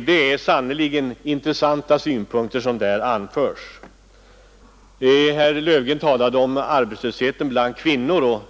Det är sannerligen intressanta synpunkter som där anförs. Herr Löfgren talade om arbetslösheten bland kvinnor.